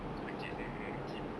coach at the gym